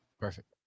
perfect